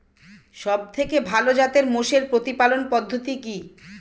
সবথেকে ভালো জাতের মোষের প্রতিপালন পদ্ধতি কি?